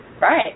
right